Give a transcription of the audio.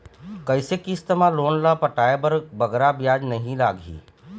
कइसे किस्त मा लोन ला पटाए बर बगरा ब्याज नहीं लगही?